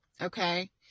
okay